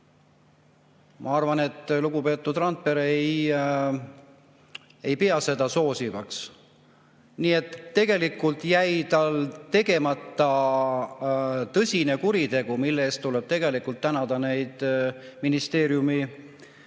Ma arvan, et lugupeetud Randpere ei pea seda soositavaks. Nii et tegelikult jäi tal tegemata tõsine kuritegu, mille eest tuleb tänada ministeeriumi